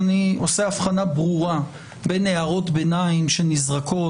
אני עושה הבחנה ברורה בין הערות ביניים שנזרקות